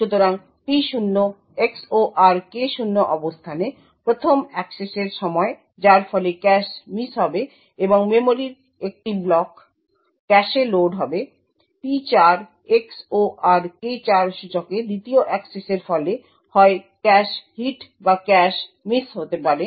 সুতরাং P0 XOR K0 অবস্থানে প্রথম অ্যাক্সেসের সময় যার ফলে ক্যাশে মিস হবে এবং মেমরির একটি ব্লক ক্যাশে লোড হবে P4 XOR K4 সূচকে দ্বিতীয় অ্যাক্সেসের ফলে হয় ক্যাশ হিট বা ক্যাশ মিস হতে পারে